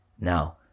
Now